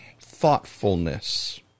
thoughtfulness